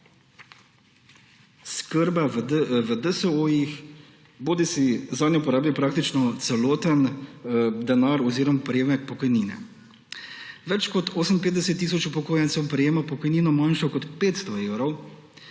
oskrbe v DSO-jih, bodisi zanjo porabi praktično celoten prejemek pokojnine. Več kot 58 tisoč upokojencev prejema pokojnino, manjšo kot 500